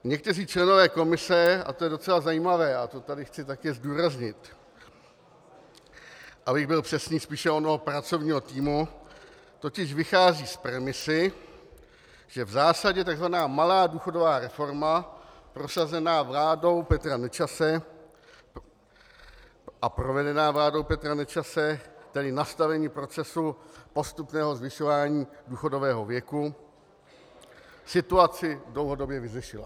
Někteří členové komise, a to je docela zajímavé, a chci to tady zdůraznit, abych byl přesný, spíše onoho pracovního týmu, totiž vycházejí z premisy, že v zásadě takzvaná malá důchodová reforma prosazená vládou Petra Nečase a provedená vládou Petra Nečase, tedy nastavení procesu postupného zvyšování důchodového věku, situaci dlouhodobě vyřešila.